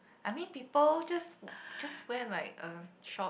I mean people just just wear like a short